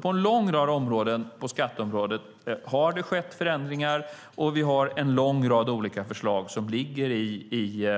På en lång rad områden på skatteområdet har det alltså skett förändringar, och vi har en lång rad olika förslag som ligger i